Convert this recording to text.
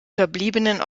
verbliebenen